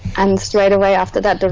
and straightaway after that the